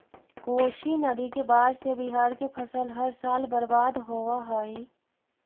कोशी नदी के बाढ़ से बिहार के फसल हर साल बर्बाद होवऽ हइ